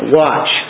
watch